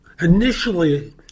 initially